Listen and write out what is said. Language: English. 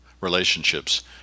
relationships